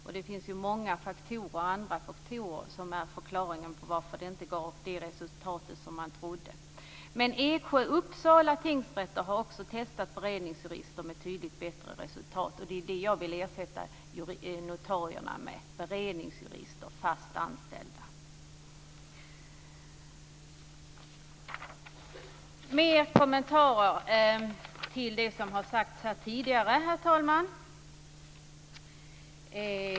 Och det finns många andra faktorer som förklarar varför det inte gav det resultat man trodde. Eksjö och Uppsala tingsrätter har också testat beredningsjurister med betydligt bättre resultat. Jag vill ersätta notarierna med fast anställda beredningsjurister. Herr talman! Några ytterligare kommentarer till det som har sagts här tidigare.